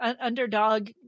underdog